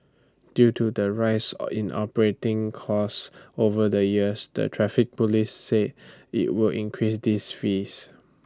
due to the rise or in operating costs over the years the traffic Police said IT would increase these fees